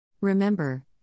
Remember